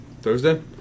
Thursday